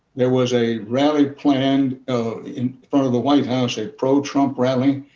there was a rally planned in front of the white house, a pro-trump rally.